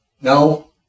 No